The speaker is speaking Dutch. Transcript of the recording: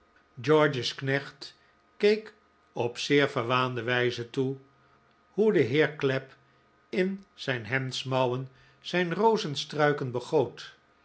george's knecht keek op zeer verwaande wijze toe hoe de heer clapp in zijn hemdsmouwen zijn rozenstruiken begoot